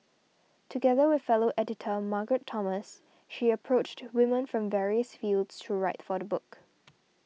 together with fellow editor Margaret Thomas she approached women from various fields to write for the book